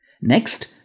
Next